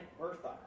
Bertha